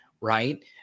right